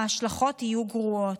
ההשלכות יהיו גרועות.